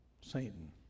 Satan